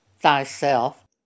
thyself